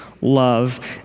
love